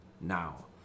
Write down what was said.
now